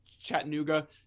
Chattanooga